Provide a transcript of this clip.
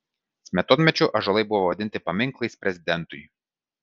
smetonmečiu ąžuolai buvo vadinti paminklais prezidentui